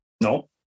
No